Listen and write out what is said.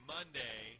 Monday